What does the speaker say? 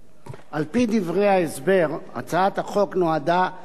הצעת החוק נועדה לתת מענה להתגברות